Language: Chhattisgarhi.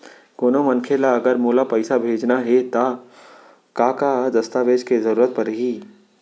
कोनो मनखे ला अगर मोला पइसा भेजना हे ता का का दस्तावेज के जरूरत परही??